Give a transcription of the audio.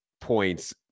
points